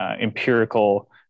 empirical